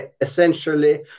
essentially